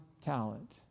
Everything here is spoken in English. talent